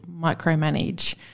micromanage